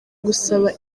gusaba